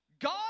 God